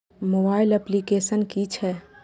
Mobile application कि छै?